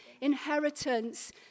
inheritance